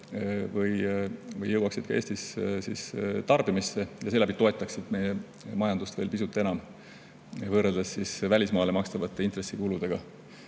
need jõuaksid Eestis tarbimisse ja seeläbi toetaksid meie majandust pisut enam, võrreldes välismaale makstavate intressikuludega.